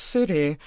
City